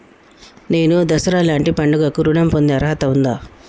నేను దసరా లాంటి పండుగ కు ఋణం పొందే అర్హత ఉందా?